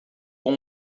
com